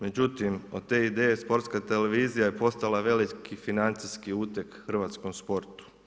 Međutim, od te ideje Sportska televizija je postala veliki financijski uteg hrvatskom sportu.